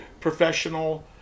professional